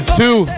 two